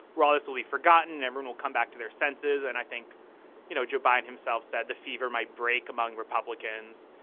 raul this will be forgotten everyone will come back to their senses and i think you know joe biden himself said the fever might break among republicans.